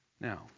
Now